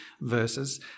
verses